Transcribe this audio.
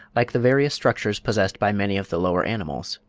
like the various structures possessed by many of the lower animals.